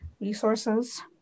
resources